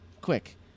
quick